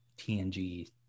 tng